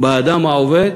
באדם העובד